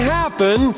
happen